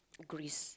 Greece